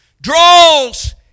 draws